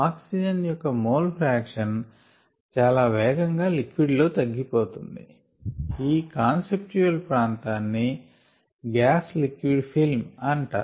oxygen యొక్క mole fraction చాలా వేగంగా లిక్విడ్ లో తగ్గి పోతుంది ఈ కాన్సెప్టుయువల్ ప్రాంతాన్ని గ్యాస్ లిక్విడ్ ఫిల్మ్ అంటారు